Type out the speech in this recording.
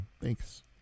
thanks